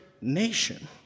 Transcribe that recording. nation